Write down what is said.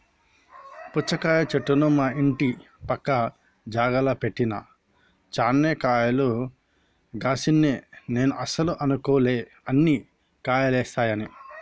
పుచ్చకాయ చెట్టును మా ఇంటి పక్క జాగల పెట్టిన చాన్నే కాయలు గాశినై నేను అస్సలు అనుకోలే అన్ని కాయలేస్తాయని